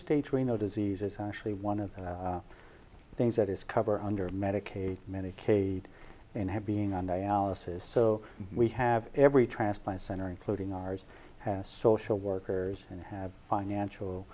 stage renal disease is actually one of the things that is covered under medicaid medicaid and have being on dialysis so we have every transplant center including ours has social workers and have financial